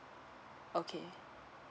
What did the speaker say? okay